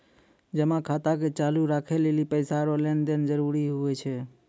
जमा खाता के चालू राखै लेली पैसा रो लेन देन जरूरी हुवै छै